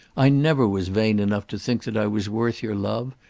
i never was vain enough to think that i was worth your love,